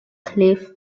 cliff